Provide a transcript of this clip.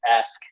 ask